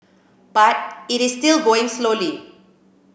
but it is still going slowly